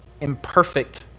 imperfect